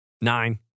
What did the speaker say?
Nine